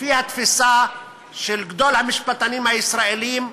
לפי התפיסה של גדול המשפטנים הישראלים,